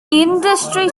industry